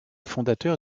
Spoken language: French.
fondateur